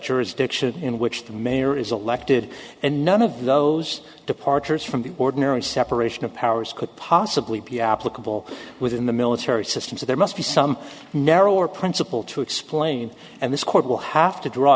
jurisdiction in which the mayor is elected and none of those departures from the ordinary separation of powers could possibly be applicable within the military system so there must be some narrower principle to explain and this court will have to draw